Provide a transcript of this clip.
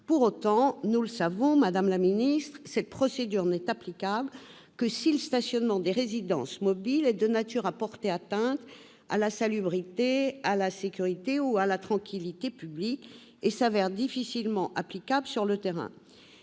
Pour autant, nous le savons, cette procédure n'est applicable que si le stationnement des résidences mobiles est de nature à porter atteinte à la salubrité, à la sécurité ou à la tranquillité publique. Elle s'avère difficile à mettre en